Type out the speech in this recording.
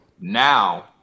Now